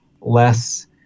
less